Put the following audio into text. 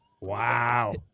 Wow